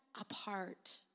Apart